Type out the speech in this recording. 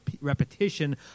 repetition